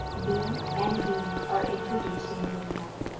b. and b, are introduced in the woodcut.